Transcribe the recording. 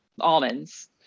almonds